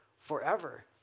forever